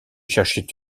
cherchait